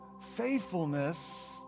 Faithfulness